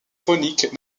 faunique